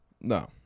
No